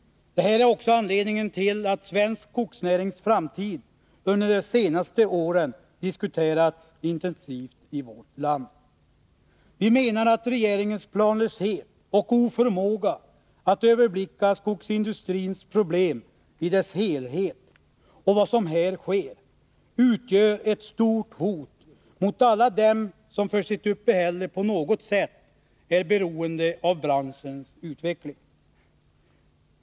Det här är också anledningen till att svensk skogsnärings framtid under de senaste åren har diskuterats intensivt i vårt land. Vi menar att regeringens planlöshet och oförmåga att överblicka skogsindustrins problem i dess helhet och vad som här sker utgör ett stort hot mot alla dem som för sitt uppehälle på något sätt är beroende av branschens utveckling.